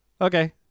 Okay